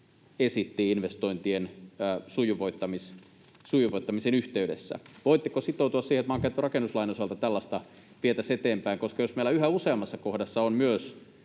esitti investointien sujuvoittamisen yhteydessä? Voitteko sitoutua siihen, että maankäyttö- ja rakennuslain osalta tällaista vietäisiin eteenpäin? Jos meillä yhä useammassa kohdassa ovat myös